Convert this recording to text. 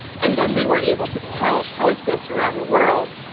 and then they were able to tell telescopes around the world,